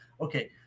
Okay